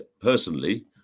personally